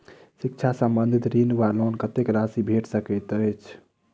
शिक्षा संबंधित ऋण वा लोन कत्तेक राशि भेट सकैत अछि?